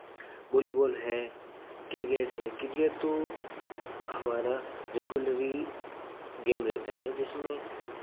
volleyball है cricket है cricket तो हमारा रेगुलरी गेम रहता है जिसमें